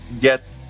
get